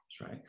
right